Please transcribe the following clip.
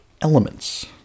elements